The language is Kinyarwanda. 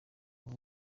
rugo